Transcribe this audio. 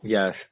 Yes